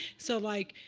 so like,